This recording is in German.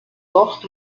dort